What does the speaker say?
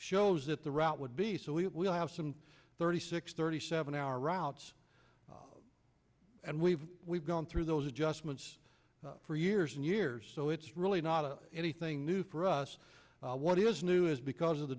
that the route would be so we will have some thirty six thirty seven hour routes and we've we've gone through those adjustments for years and years so it's really not anything new for us what is new is because of the